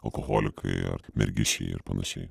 alkoholikai ar mergišiai ir panašiai